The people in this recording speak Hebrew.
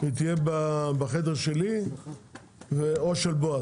היא תהיה בחדר שלי או של בועז,